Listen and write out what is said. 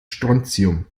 strontium